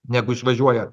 negu išvažiuoja